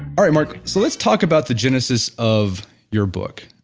alright, mark. so let's talk about the genesis of your book.